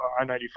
I-95